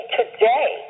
today